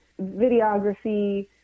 videography